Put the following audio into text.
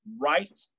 right